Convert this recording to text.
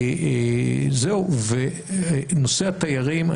נושא התיירים,